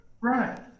Right